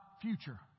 future